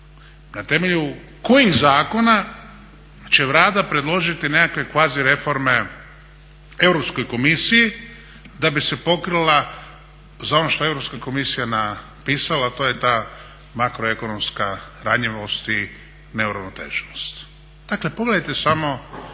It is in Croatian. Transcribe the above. Na temelju kojih zakona će Vlada predložiti nekakve kvazi reforme Europskoj komisiji da bi se pokrila za ono što Europska komisija napisala, to je ta makroekonomska ranjivost i neuravnoteženost.